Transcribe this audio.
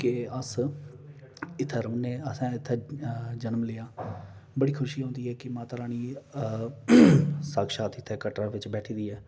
के अस इत्थै रोहने जां जन्म लेआ बड़ी खुशी होंदी है कि माता रानी साख्यात इत्थै कटरा बिच बैठी दी ऐ